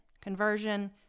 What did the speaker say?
Conversion